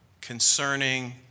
concerning